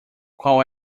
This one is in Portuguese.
qual